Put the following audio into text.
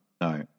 no